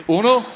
Uno